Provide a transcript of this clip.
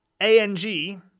A-N-G